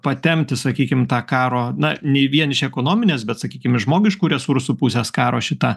patempti sakykim tą karo na nei vien iš ekonominės bet sakykim iš žmogiškų resursų pusės karo šita